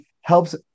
helps